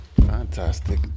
Fantastic